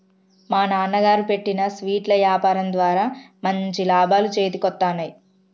మా నాన్నగారు పెట్టిన స్వీట్ల యాపారం ద్వారా మంచి లాభాలు చేతికొత్తన్నయ్